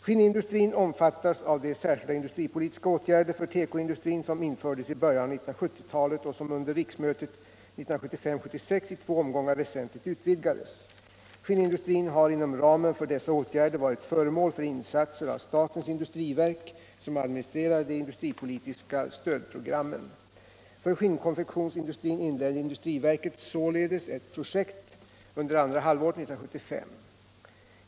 Skinnindustrin omfattas av de särskilda industripolitiska åtgärder för tekoindustrin som infördes i början av 1970-talet och som under riksmötet 1975/76 i två omgångar väsentligt utvidgades. Skinnindustrin har inom ramen för dessa åtgärder varit föremål för insatser av statens industriverk, som administrerar de industripolitiska stödprogrammen. För skinnkonfektionsindustrin inledde industriverket således ett projekt under andra halvåret 1975.